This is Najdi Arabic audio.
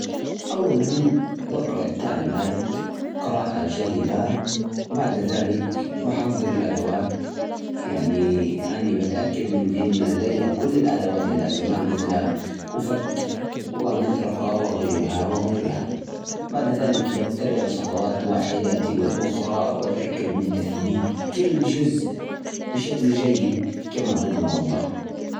عشان تركب قطعة أساس أساسية، أول شيء إقرأ التعليمات اللي تيجي معاها. بعدين جهز الأدوات اللي تحتاجها، مثل المفكات والمطرقة. إبدأ بجمع القطعة الأساسية، وركب القاعدة أول. بعدين إتبع الخطوات، وركب الأجزاء الجانبية والرفوف.